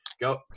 Go